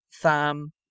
tham